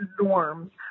norms